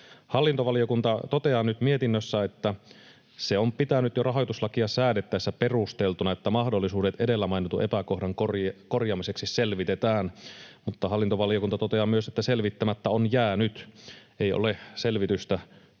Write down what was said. Hallintovaliokunta toteaa nyt mietinnössä, että se on pitänyt jo rahoituslakia säädettäessä perusteltuna, että mahdollisuudet edellä mainitun epäkohdan korjaamiseksi selvitetään, mutta hallintovaliokunta toteaa myös, että selvittämättä on jäänyt, ei ole selvitystä tullut.